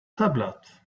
tablet